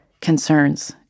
concerns